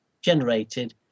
generated